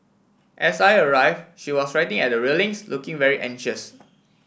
as I arrive she was writing at the railings looking very anxious